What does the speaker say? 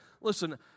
listen